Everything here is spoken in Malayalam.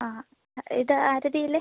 ആ ഇത് ആരതിയല്ലേ